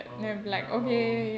oh no